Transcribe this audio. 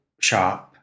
shop